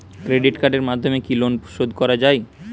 Credit কার্ডের মাধ্যমে কি লোন শোধ করা যায়?